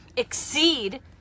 Exceed